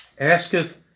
Asketh